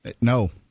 no